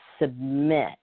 submit